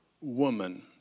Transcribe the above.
woman